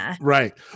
right